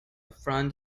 front